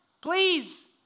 please